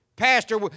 Pastor